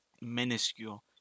minuscule